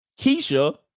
Keisha